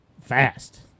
Fast